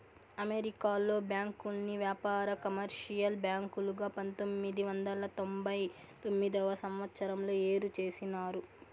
అమెరికాలో బ్యాంకుల్ని వ్యాపార, కమర్షియల్ బ్యాంకులుగా పంతొమ్మిది వందల తొంభై తొమ్మిదవ సంవచ్చరంలో ఏరు చేసినారు